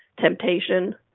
temptation